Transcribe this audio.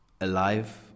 alive